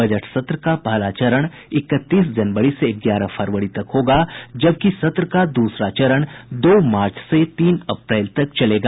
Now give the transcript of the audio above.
budget सत्र का पहला चरण इकतीस जनवरी से ग्यारह फरवरी तक होगा जबकि सत्र का दूसरा चरण दो मार्च से तीन अप्रैल तक चलेगा